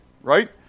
right